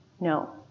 No